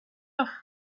off